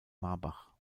marbach